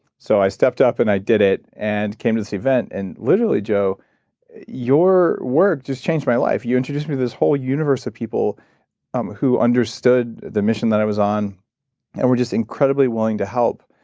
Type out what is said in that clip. so, i stepped up and i did it and came to this event and literally joe your work just changed my life. you introduced me this whole universe of people um who understood the mission that i was on and we're just incredibly willing to help.